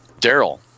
Daryl